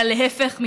אלא להפך,